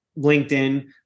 LinkedIn